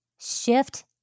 shift